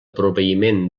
proveïment